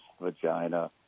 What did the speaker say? vagina